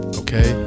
okay